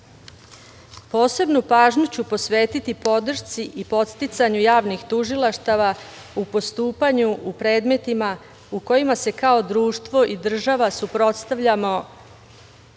pažnju ću posvetiti podršci i podsticanju javnih tužilaštava u postupanju u predmetima u kojima se kao društvo i država suprotstavljamo